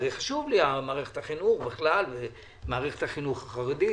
הרי חשובה לי מערכת החינוך בכלל ומערכת החינוך החרדית